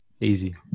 Easy